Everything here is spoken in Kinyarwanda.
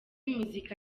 muzika